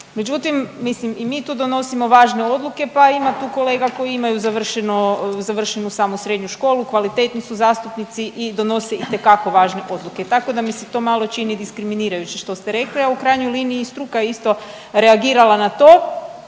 Međutim, mislim i mi tu donosimo važne odluke pa ima tu kolega koji imaju završenu samo srednju školu, kvalitetni su zastupnici i donose itekako važne odluke, tako da mi se to malo čini diskriminirajuće što ste rekli, a u krajnjoj liniji i struka je isto reagirala na to,